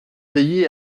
veiller